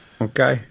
Okay